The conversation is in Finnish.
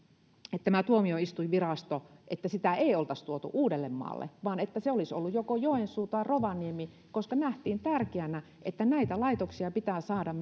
että myöskään tuomioistuinvirastoa ei oltaisi tuotu uudellemaalle vaan että se olisi ollut joko joensuussa tai rovaniemellä koska nähtiin tärkeänä että näitä laitoksia pitää saada